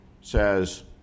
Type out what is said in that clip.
says